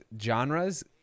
genres